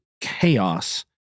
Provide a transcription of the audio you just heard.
chaos